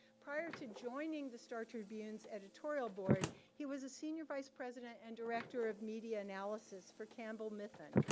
prior to joining the star tribune's editorial board he was a senior vice president and director of media analysis for campbell mithun,